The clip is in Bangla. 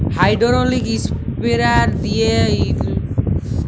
হাইড্রলিক ইস্প্রেয়ার দিঁয়ে ইলসেক্টিসাইড আর পেস্টিসাইড ছড়াল হ্যয়